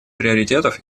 приоритетов